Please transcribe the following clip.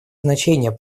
значение